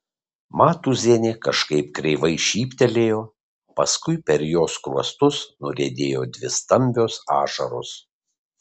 matūzienė kažkaip kreivai šyptelėjo paskui per jos skruostus nuriedėjo dvi stambios ašaros